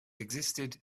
existed